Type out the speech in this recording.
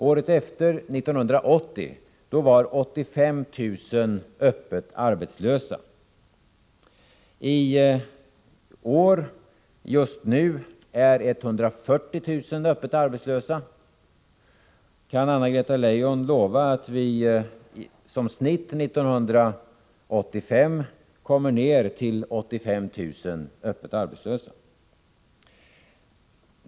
Året efter, 1980, var 85 000 öppet arbetslösa. I år, just nu, är 140 000 öppet arbetslösa. Kan Anna-Greta Leijon lova att vi som snitt 1985 kommer ner till 85 000 öppet arbetslösa?